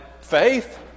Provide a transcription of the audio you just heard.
faith